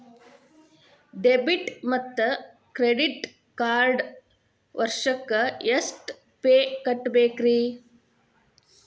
Debit ಮತ್ತು credit ಕಾರ್ಡ್ಗೆ ವರ್ಷಕ್ಕ ಎಷ್ಟ ಫೇ ಕಟ್ಟಬೇಕ್ರಿ?